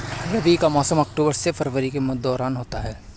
रबी का मौसम अक्टूबर से फरवरी के दौरान होता है